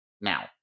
Now